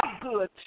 good